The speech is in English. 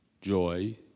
joy